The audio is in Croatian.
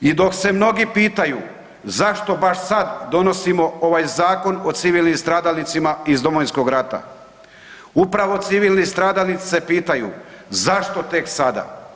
I dok se mnogi pitaju zašto baš sad donosimo ovaj Zakon o civilnim stradalnicima iz Domovinskog rata, upravo civilni stradalnici se pitaju zašto tek sada.